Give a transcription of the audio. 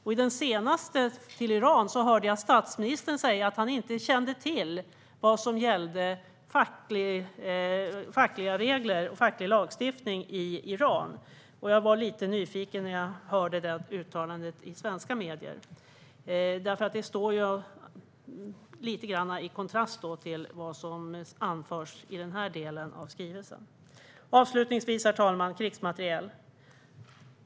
Vid det senaste, till Iran, hörde jag statsministern säga att han inte kände till vilka fackliga regler och facklig lagstiftning som gäller i Iran. Jag blev lite nyfiken när jag hörde detta uttalande i svenska medier, eftersom det står lite grann i kontrast till vad som anförs i den här delen av skrivelsen. Avslutningsvis, herr talman, vill jag ta upp frågan om krigsmateriel.